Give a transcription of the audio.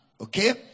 Okay